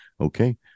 okay